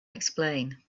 explain